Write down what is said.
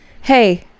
hey